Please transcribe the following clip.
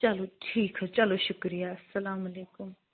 چلو ٹھیٖک حظ چلو شُکریہ اسَلام علیکُم